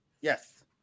Yes